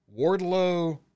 Wardlow